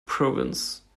province